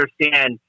understand